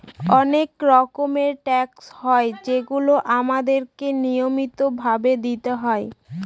অনেক রকমের ট্যাক্স হয় যেগুলো আমাদেরকে নিয়মিত ভাবে দিতে হয়